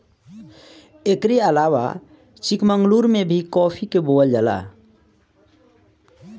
एकरी अलावा चिकमंगलूर में भी काफी के बोअल जाला